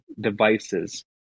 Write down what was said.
devices